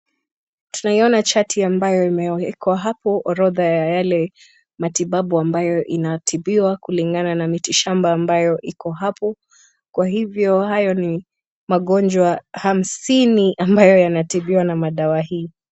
Tunaiona chati ambayo imewekwa hapo, orodha ya yale matibabu ambayo inatibiwaiwa kulingana na miti shamba ambayo iko hapo, kwa hivyo hayo ni magonjwa hamsini ambayo inatibiwa na madawa hii.